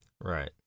right